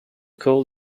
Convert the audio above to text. coal